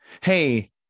Hey